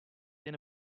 jen